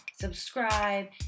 subscribe